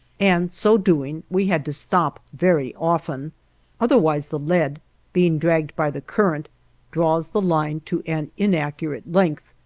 and so doing we had to stop very often otherwise the lead being dragged by the current draws the line to an inaccurate length.